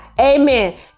Amen